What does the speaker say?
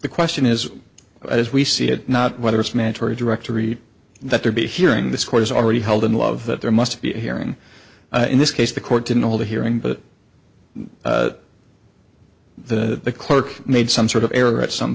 the question is as we see it not whether it's mandatory directory that there be hearing this court is already held in love that there must be a hearing in this case the court didn't hold a hearing but that the clerk made some sort of error at some